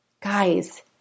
Guys